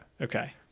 okay